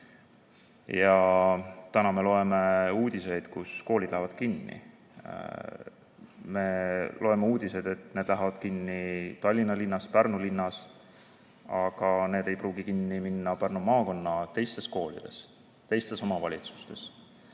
Täna me loeme uudiseid, et koolid lähevad kinni. Me loeme uudiseid, et need lähevad kinni Tallinna linnas, Pärnu linnas, aga need ei pruugi kinni minna Pärnu maakonna teistes koolides, teistes omavalitsustes.